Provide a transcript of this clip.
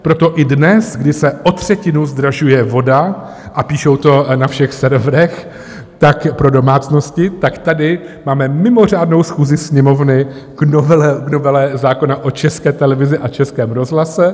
Proto i dnes, kdy se o třetinu zdražuje voda, a píšou to na všech serverech, také pro domácnosti, tak tady máme mimořádnou schůzi Sněmovny k novele zákona o České televizi a Českém rozhlase.